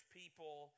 people